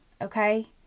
Okay